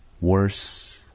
worse